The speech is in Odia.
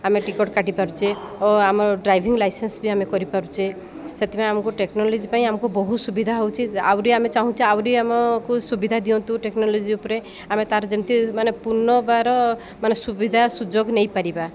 ଆମେ ଟିକେଟ୍ କାଟିପାରୁଛେ ଓ ଆମର ଡ୍ରାଇଭିଂ ଲାଇସେନ୍ସ ବି ଆମେ କରିପାରୁଛେ ସେଥିପାଇଁ ଆମକୁ ଟେକ୍ନୋଲୋଜି ପାଇଁ ଆମକୁ ବହୁତ ସୁବିଧା ହେଉଛି ଆହୁରି ଆମେ ଚାହୁଁଛେ ଆହୁରି ଆମକୁ ସୁବିଧା ଦିଅନ୍ତୁ ଟେକ୍ନୋଲୋଜି ଉପରେ ଆମେ ତାର ଯେମିତି ମାନେ ପୂନର୍ବାର ମାନେ ସୁବିଧା ସୁଯୋଗ ନେଇପାରିବା